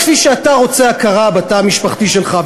כפי שאתה רוצה הכרה בתא המשפחתי שלך.